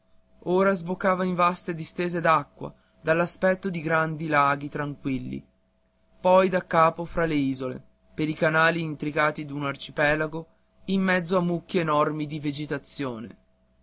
ora sboccava in vaste distese d'acque dell'aspetto di grandi laghi tranquilli poi daccapo fra le isole per i canali intricati d'un arcipelago in mezzo a mucchi enormi di vegetazione